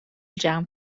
جمع